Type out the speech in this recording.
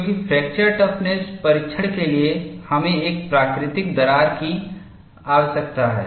क्योंकि fracture toughness परीक्षण के लिए हमें एक प्राकृतिक दरार की आवश्यकता है